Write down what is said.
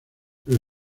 pero